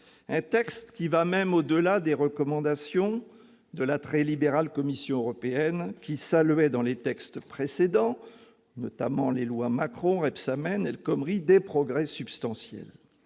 un texte qui va même au-delà des recommandations de la très libérale Commission européenne, laquelle saluait, dans les textes précédents- lois Macron, Rebsamen et El Khomri -, des « progrès substantiels